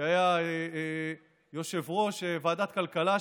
שהיה יושב-ראש ועדת הכלכלה,